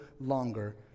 longer